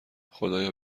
خدایا